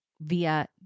via